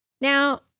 Now